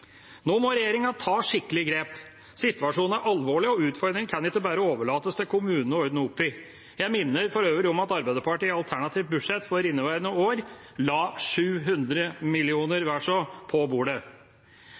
Nå må regjeringa ta skikkelig grep. Situasjonen er alvorlig, og utfordringene kan ikke bare overlates til kommunene å ordne opp i. Jeg minner for øvrig om at Arbeiderpartiet i alternativt budsjett for inneværende år la vel 700